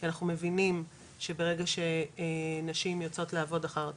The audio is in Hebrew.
כי אנחנו מבינים שברגע שנשים יוצאות לעבוד אחר הצוהריים,